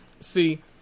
See